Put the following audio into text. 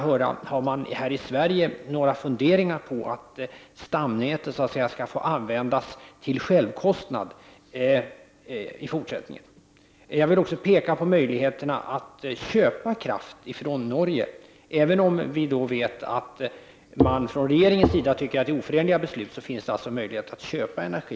Har man här i Sverige några funderingar på att stamnätet skall få användas till självkostnad i fortsättningen? Jag vill också peka på möjligheterna att köpa kraft från Norge. Även om vi vet att man från regeringens sida tycker att det är ett oförenligt beslut, finns det alltså möjlighet att köpa energi.